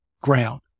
ground